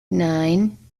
nine